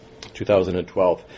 2012